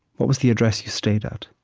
what was the address you stayed at?